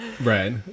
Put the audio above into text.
right